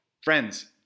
Friends